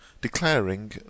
declaring